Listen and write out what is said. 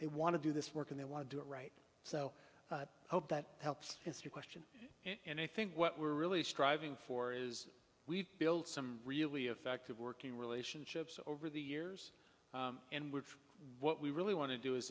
they want to do this work and they want to do it right so i hope that helps and i think what we're really striving for is we've built some really effective working relationships over the years in which what we really want to do is